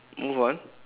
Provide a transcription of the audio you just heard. move on